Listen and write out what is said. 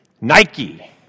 Nike